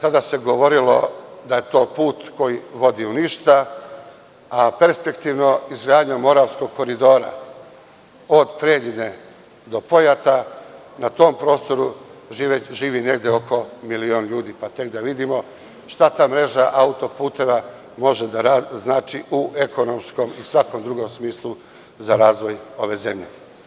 Tada se govorilo da je to put koji vodi u ništa, a perspektivno izgradnjom Moravskog koridora od Preljine do Pojata, na tom prostoru živi negde oko milion ljudi, pa tek da vidimo šta ta mreža auto puteva može da znači u ekonomskom i svakom drugom smislu za razvoj ove zemlje.